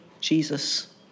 Jesus